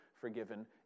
forgiven